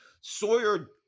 Sawyer